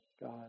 God